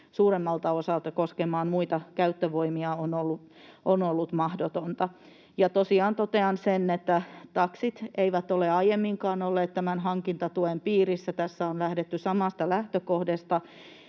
suuremmalta osalta koskemaan muita käyttövoimia on ollut mahdotonta. Ja tosiaan totean sen, että taksit eivät ole aiemminkaan olleet tämän hankintatuen piirissä. Tässä on lähdetty samasta lähtökohdasta,